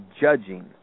judging